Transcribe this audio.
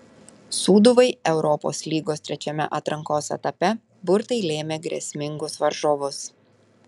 sūduvai europos lygos trečiame atrankos etape burtai lėmė grėsmingus varžovus